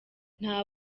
nta